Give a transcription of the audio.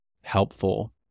helpful